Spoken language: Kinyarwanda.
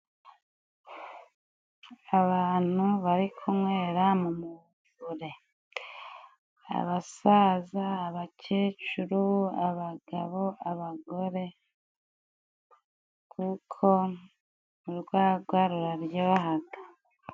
Abantu bari kunywera mu muvure. Abasaza, abakecuru, abagabo, abagore kuko urwagwa ruraryohaga.